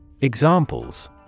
Examples